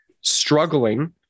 struggling